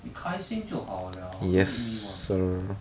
你开心就好了 don't need me [one]